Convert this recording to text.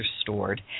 stored